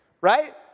Right